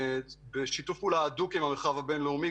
תוך שיתוף פעולה הדוק עם המרחב הבין-לאומי,